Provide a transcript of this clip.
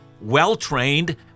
well-trained